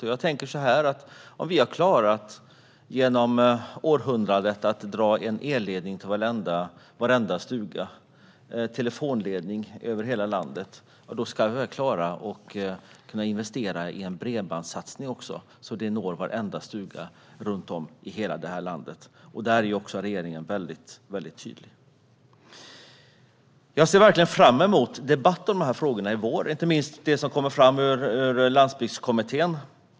Om vi genom århundradet har klarat av att dra en elledning till varenda stuga och telefonledningar över hela landet ska vi väl klara att investera i bredband också, så att det når varenda stuga i hela landet. Där är regeringen också väldigt tydlig. Jag ser verkligen fram emot debatt om de här frågorna i vår - inte minst det som kommer att komma fram genom Parlamentariska landsbygdskommittén.